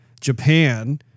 Japan